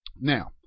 now